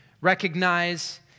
Recognize